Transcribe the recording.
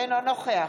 אינו נוכח